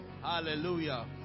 Hallelujah